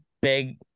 big